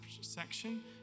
section